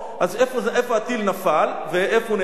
איפה הטיל נפל ואיפה הוא נהרג,